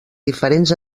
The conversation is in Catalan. diferents